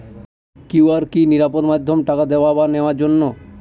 QR কি নিরাপদ মাধ্যম টাকা দেওয়া বা নেওয়ার জন্য?